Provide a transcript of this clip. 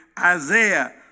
Isaiah